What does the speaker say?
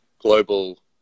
global